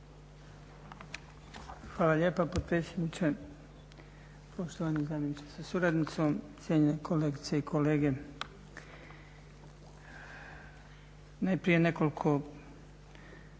Hvala lijepa potpredsjedniče, poštovani zamjeniče sa suradnicom, cijenjene kolegice i kolege. Najprije nekoliko